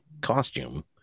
costume